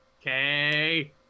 Okay